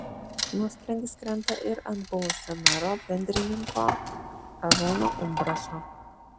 nuosprendis krenta ir ant buvusio mero bendrininko arūno umbraso